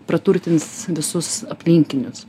praturtins visus aplinkinius